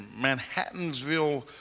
Manhattansville